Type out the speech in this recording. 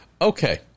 Okay